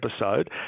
episode